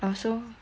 mm